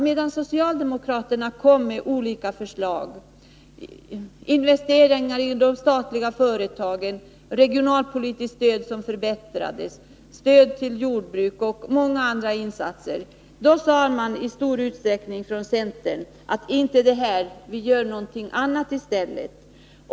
Medan socialdemokraterna kom med olika förslag, såsom investeringar i statliga företag, förbättringar av det regionalpolitiska stödet, stöd till jordbruk och många andra insatser, ville centern att vi skulle göra någonting annat i stället.